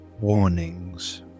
warnings